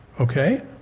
Okay